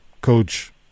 Coach